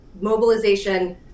mobilization